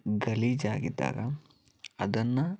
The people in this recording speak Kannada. ಗಲೀಜಾಗಿದ್ದಾಗ ಅದನ್ನು